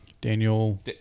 Daniel